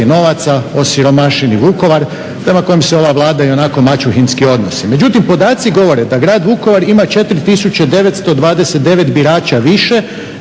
novaca osiromašeni Vukovar, prema kojem se ova Vlada i onako maćuhinski odnosi. Međutim, podaci govore da Grad Vukovar ima 4929 birača više